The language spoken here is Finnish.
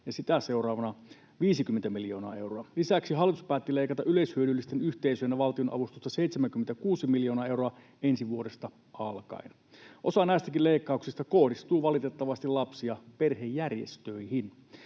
ja sitä seuraavana 50 miljoonaa euroa. Lisäksi hallitus päätti leikata yleishyödyllisten yhteisöjen valtionavustusta 76 miljoonaa euroa ensi vuodesta alkaen. Osa näistäkin leikkauksista kohdistuu valitettavasti lapsi- ja perhejärjestöihin.